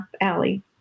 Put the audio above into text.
alley